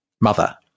mother